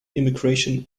immigration